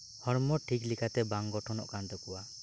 ᱦᱚᱲᱢᱚ ᱴᱷᱤᱠ ᱞᱮᱠᱟᱛᱮ ᱵᱟᱝ ᱜᱚᱴᱷᱚᱱᱚᱜ ᱠᱟᱱ ᱛᱟᱠᱚᱣᱟ